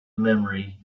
memory